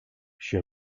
she